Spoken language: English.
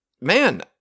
man